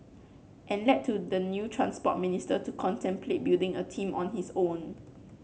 and led to the new Transport Minister to contemplate building a team on his own